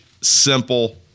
simple